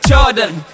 Jordan